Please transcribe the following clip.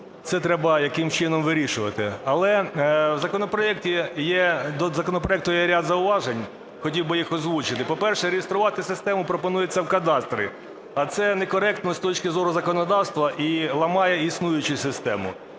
це треба якимось чином вирішувати. Але в законопроекті є, до законопроекту є ряд зауважень, хотів би їх озвучити. По-перше, реєструвати систему пропонується в кадастрі, а це некоректно з точки зору законодавства і ламає існуючу систему.